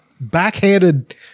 backhanded